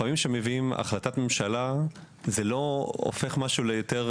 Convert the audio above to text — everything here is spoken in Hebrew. כשמביאים להחלטת ממשלה זה לא הופך את זה למשהו יותר